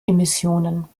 emissionen